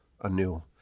anew